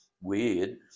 weird